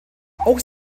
auch